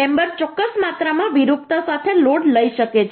મેમબરચોક્કસ માત્રામાં વિરૂપતા સાથે લોડ લઈ શકે છે